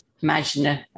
Imagine